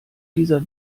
dieser